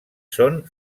són